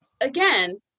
Again